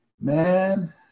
Man